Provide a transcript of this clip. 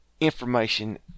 information